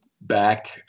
back